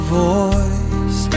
voice